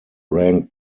ranked